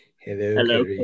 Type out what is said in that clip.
Hello